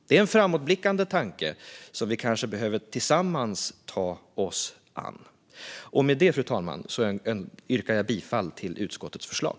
Det är en framåtblickande tanke som vi kanske tillsammans behöver ta oss an. Med det, fru talman, yrkar jag bifall till utskottets förslag.